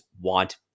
want